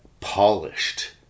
polished